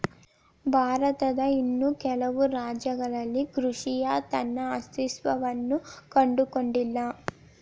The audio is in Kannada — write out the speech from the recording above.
ಭಾರತದ ಇನ್ನೂ ಕೆಲವು ರಾಜ್ಯಗಳಲ್ಲಿ ಕೃಷಿಯ ತನ್ನ ಅಸ್ತಿತ್ವವನ್ನು ಕಂಡುಕೊಂಡಿಲ್ಲ